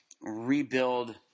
rebuild